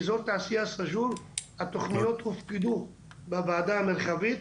באזור התעשייה סאג'ור התוכניות הופקדו בוועדה המרחבית,